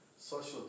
Social